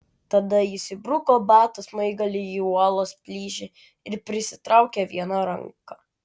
tada jis įbruko bato smaigalį į uolos plyšį ir prisitraukė viena ranka